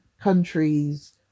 countries